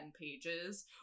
pages